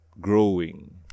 growing